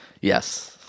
Yes